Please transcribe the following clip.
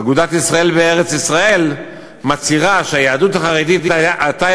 אגודת ישראל בארץ-ישראל מצהירה שהיהדות החרדית הייתה